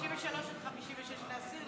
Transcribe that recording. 53 56 להסיר,